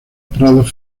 prados